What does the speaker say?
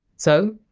so,